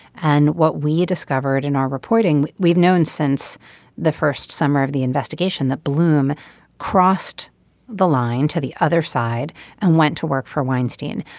and what we discovered in our reporting we've known since the first summer of the investigation that bloom crossed the line to the other side and went to work for weinstein.